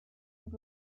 with